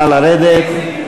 נא לרדת.